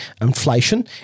inflation